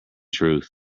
truth